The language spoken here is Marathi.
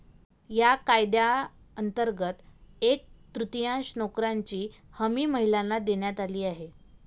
या कायद्यांतर्गत एक तृतीयांश नोकऱ्यांची हमी महिलांना देण्यात आली आहे